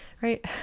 right